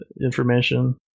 information